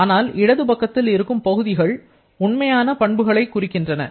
ஆனால் இடது பக்கத்தில் இருக்கும் பகுதிகள் உண்மையான பண்புகளைக் குறிக்கின்றன